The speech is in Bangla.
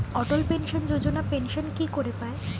অটল পেনশন যোজনা পেনশন কি করে পায়?